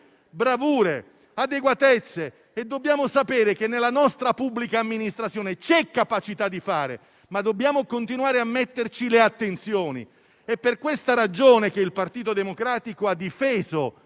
bravure, adeguatezze. Dobbiamo sapere che nella nostra pubblica amministrazione c'è capacità di fare, ma dobbiamo continuare a metterci le attenzioni. È per questa ragione che il Partito Democratico ha difeso